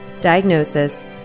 diagnosis